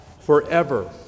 forever